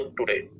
today